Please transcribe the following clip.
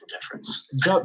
difference